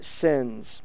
sins